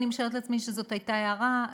אני משערת לעצמי שזאת הייתה הערה,